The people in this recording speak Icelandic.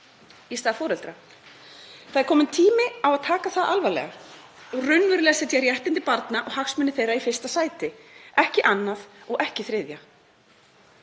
í stað foreldra. Það er kominn tími á að taka það alvarlega og raunverulega setja réttindi barna og hagsmuni þeirra í fyrsta sæti, ekki í annað og ekki í þriðja.